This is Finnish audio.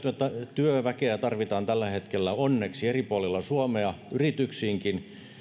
työväkeä tarvitaan tällä hetkellä onneksi eri puolilla suomea yrityksiinkin